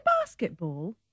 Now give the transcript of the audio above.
basketball